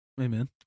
Amen